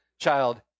child